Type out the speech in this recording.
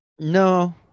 No